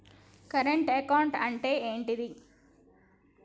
Current account అంటే ఏంటిది?